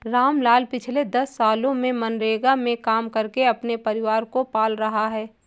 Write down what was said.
रामलाल पिछले दस सालों से मनरेगा में काम करके अपने परिवार को पाल रहा है